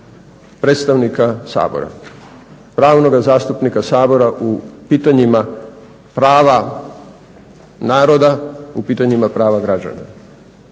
predstavnika Sabora, pravnoga zastupnika Sabora u pitanjima prava naroda, u pitanjima prava građana.